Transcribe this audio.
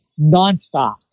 nonstop